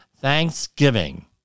Thanksgiving